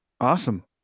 Awesome